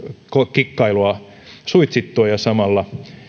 kikkailua ja samalla